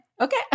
okay